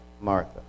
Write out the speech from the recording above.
Martha